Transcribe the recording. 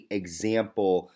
example